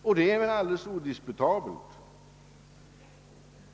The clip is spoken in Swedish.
Detta är väl alldeles odisputabelt.